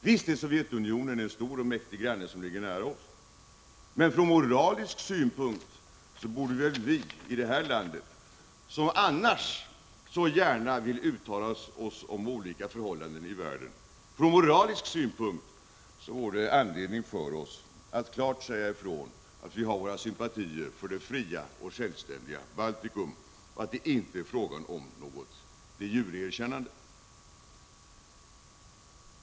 Visst är Sovjetunionen en stor och mäktig granne, som ligger nära oss, men från moralisk synpunkt funnes väl anledning för oss i det här landet, som annars så gärna uttalar oss om olika förhållanden i världen, att klart säga ifrån att vi har våra sympatier för det fria och självständiga Balticum och att det inte är fråga om något de jure-erkännande.